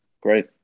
Great